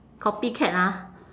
copycat ah